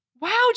Wow